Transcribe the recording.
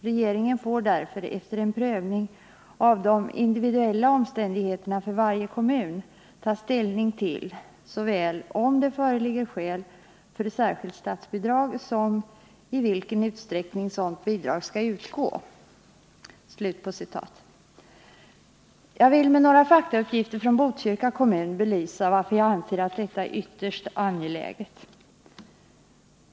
Regeringen får därför efter en prövning av de individuella omständigheterna för varje kommun ta ställning till såväl om det föreligger skäl för särskilt statsbidrag som i vilken utsträckning sådant bidrag skall utgå.” Jag vill med några faktauppgifter från Botkyrka kommun belysa varför jag anser att detta är ytterst angeläget.